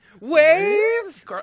Waves